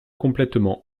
complètement